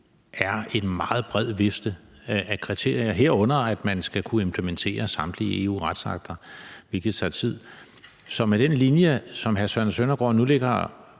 er en meget bred vifte af kriterier, herunder at man skal kunne implementere samtlige EU-retsakter, hvilket tager tid. Så med den linje, som hr. Søren Søndergaard nu lægger